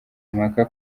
impaka